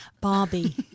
Barbie